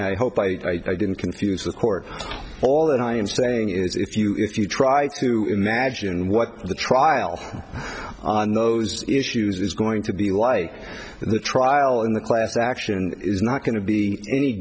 i hope i didn't confuse the court all that i am saying is if you if you try to imagine what the trial on those issues is going to be like the trial and the class action is not going to be any